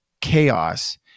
chaos